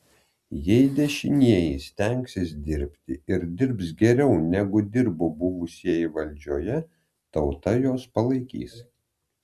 jei dešinieji stengsis dirbti ir dirbs geriau negu dirbo buvusieji valdžioje tauta juos palaikys